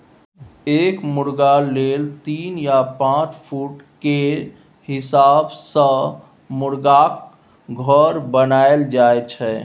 एक मुरगा लेल तीन या पाँच फुट केर हिसाब सँ मुरगाक घर बनाएल जाइ छै